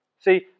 See